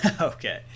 Okay